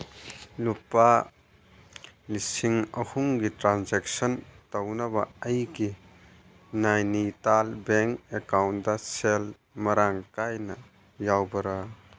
ꯂꯨꯄꯥ ꯂꯤꯁꯤꯡ ꯑꯍꯨꯝꯒꯤ ꯇ꯭ꯔꯥꯟꯖꯦꯛꯁꯟ ꯇꯧꯅꯕ ꯑꯩꯒꯤ ꯅꯥꯏꯟꯤꯇꯥꯜ ꯕꯦꯡ ꯑꯦꯀꯥꯎꯟꯗ ꯁꯦꯜ ꯃꯔꯥꯡ ꯀꯥꯏꯅ ꯌꯥꯎꯕꯔꯥ